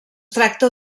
tracta